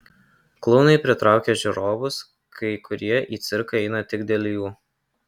klounai pritraukia žiūrovus kai kurie į cirką eina tik dėl jų